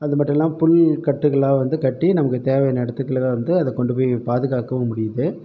அதுமட்டும் இல்லாமல் புல் கட்டுகளாக வந்து கட்டி நமக்கு தேவையான இடத்துக்குல்லாம் வந்து அதை கொண்டு போய் பாதுகாக்கவும் முடியுது